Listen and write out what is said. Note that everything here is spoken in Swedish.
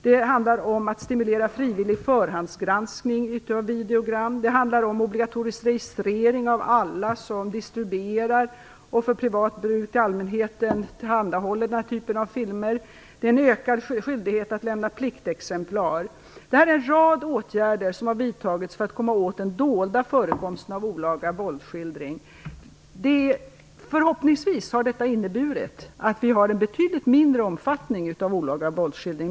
Det handlar om att stimulera frivillig förhandsgranskning av videogram. Det handlar om obligatorisk registrering av alla som distribuerar och tillhandahåller denna typ av filmer för privat bruk bland allmänheten. Det innebär också en ökad skyldighet att lämna pliktexemplar. Detta är en rad åtgärder som har vidtagits för att komma åt den dolda förekomsten av olaga våldsskildring. Förhoppningsvis har åtgärderna inneburit en betydligt mindre omfattning av olaga våldsskildringar.